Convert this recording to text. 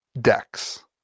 decks